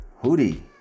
hoodie